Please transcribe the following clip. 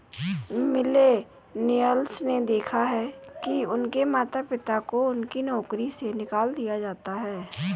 millennials ने देखा है कि उनके माता पिता को उनकी नौकरी से निकाल दिया जाता है